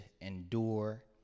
endure